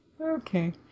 Okay